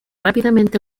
rápidamente